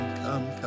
come